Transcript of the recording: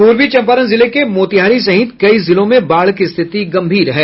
पूर्वी चंपारण जिले के मोतिहारी सहित कई जिलों में बाढ़ की स्थिति गंभीर है